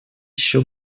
еще